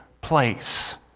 place